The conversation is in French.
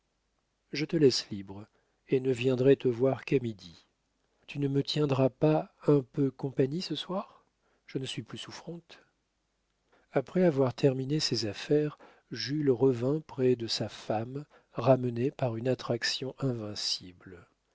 je te laisse libre et ne viendrai te voir qu'à midi tu ne me tiendras pas un peu compagnie ce soir je ne suis plus souffrante après avoir terminé ses affaires jules revint près de sa femme ramené par une attraction invincible